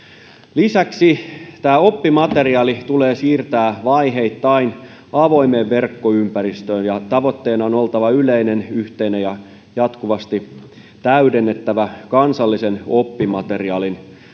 lisäksi oppimateriaali tulee siirtää vaiheittain avoimeen verkkoympäristöön ja tavoitteen on oltava yleinen yhteinen ja jatkuvasti täydennettävä kansallisen oppimateriaalin